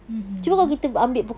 mmhmm